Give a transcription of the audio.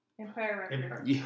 Empire